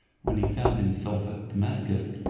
when he found himself at damascus,